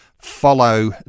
follow